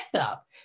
up